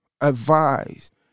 advised